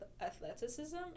athleticism